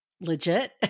legit